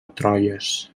troyes